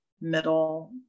middle